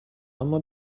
اما